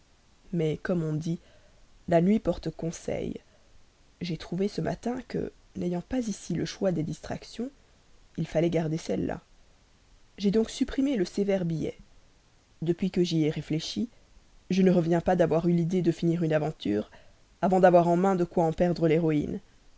mais comme on dit la nuit porte conseil j'ai trouvé ce matin que n'ayant pas ici le choix des distractions il fallait garder celle-là j'ai donc supprimé le sévère billet depuis que j'y ai réfléchi je ne reviens pas d'avoir pu avoir l'idée de finir une aventure avant d'avoir en main de quoi en perdre l'héroïne